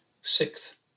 Sixth